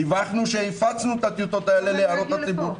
דיווחנו שהפצנו את הטיוטות האלה להערות הציבור.